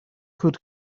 could